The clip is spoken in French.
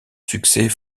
succès